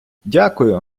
дякую